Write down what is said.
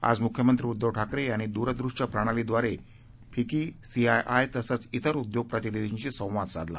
आज मुख्यमंत्री उद्दव ठाकरे यांनी दुरदृश्य प्रणालीद्वारे फिकी सीआयआय तसंच त्रिर उद्योग प्रतिनिधींशी संवाद साधला